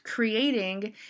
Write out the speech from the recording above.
creating